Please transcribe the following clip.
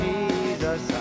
Jesus